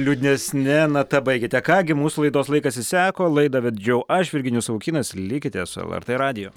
liūdnesne nata baigėte ką gi mūsų laidos laikas išseko laidą vedžiau aš virginijus savukynas likite su lrt radiju